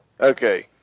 Okay